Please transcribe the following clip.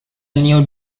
new